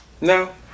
No